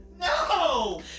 No